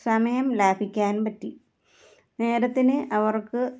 സമയം ലാഭിക്കാൻ പറ്റി നേരത്തിന് അവർക്ക്